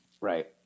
Right